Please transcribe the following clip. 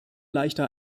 leichter